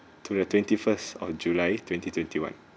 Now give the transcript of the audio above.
to the twenty first of july twenty twenty one